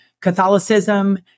Catholicism